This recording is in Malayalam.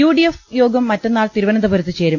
യുഡിഎഫ് യോഗം മറ്റന്നാൾ തിരുവനന്തപുരത്ത് ചേരും